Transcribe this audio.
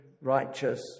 righteous